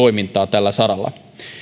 tällä saralla